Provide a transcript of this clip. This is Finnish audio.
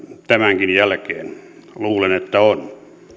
tämänkin jälkeen luulen että on